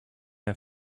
her